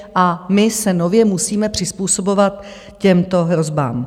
A my se nově musíme přizpůsobovat těmto hrozbám.